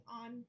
on